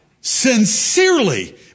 sincerely